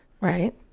Right